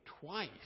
twice